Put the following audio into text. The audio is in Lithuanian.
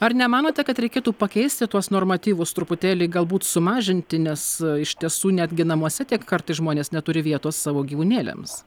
ar nemanote kad reikėtų pakeisti tuos normatyvus truputėlį galbūt sumažinti nes iš tiesų netgi namuose tiek kartais žmonės neturi vietos savo gyvūnėliams